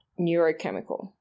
neurochemical